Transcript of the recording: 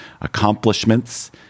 accomplishments